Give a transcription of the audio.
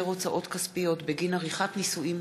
הצעת חוק החזר הוצאות כספיות בגין עריכת נישואין